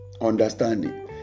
understanding